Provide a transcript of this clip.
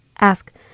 ask